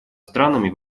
странами